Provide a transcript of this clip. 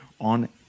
on